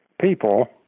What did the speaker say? people